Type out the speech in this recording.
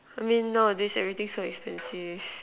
I mean nowadays everything so expensive